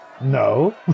No